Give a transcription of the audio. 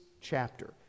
chapter